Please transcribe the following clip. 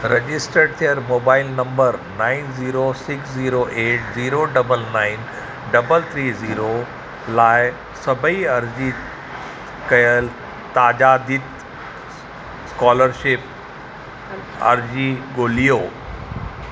register थियलु mobile number nine zero six zero eight zero double nine three zero लाइ सभई अर्ज़ी कयलु ताजादीद स्कोलरशिप अर्ज़ी ॻोल्हियो